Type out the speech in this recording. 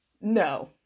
no